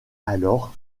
alors